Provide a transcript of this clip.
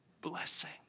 blessing